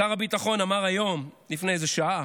שר הביטחון אמר היום לפני איזה שעה: